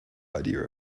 idea